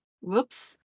Whoops